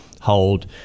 hold